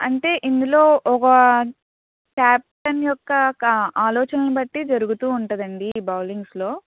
అంటే ఇందులో ఒక కెప్టెన్ యొక్క ఆలోచనలు బట్టి జరుగుతూ ఉంటదండీ ఈ బౌలింగ్స్లో